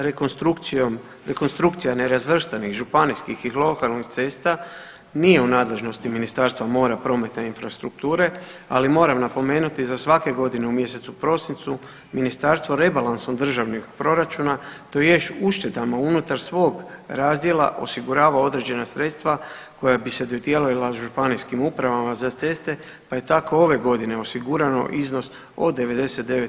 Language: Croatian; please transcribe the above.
Rekonstrukcijom, rekonstrukcija nerazvrstanih županijskih i lokalnih cesta nije u nadležnosti Ministarstva mora, prometa i infrastrukture, ali moram napomenuti za svake godine u mjesecu prosincu ministarstvo rebalansom državnih proračuna tj. uštedama unutar svog razdjela osigurava određena sredstva koja bi se dodijelila županijskim upravama za ceste pa je tako ove godine osigurano iznos od 99